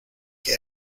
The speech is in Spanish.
que